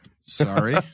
Sorry